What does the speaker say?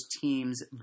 teams